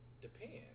depends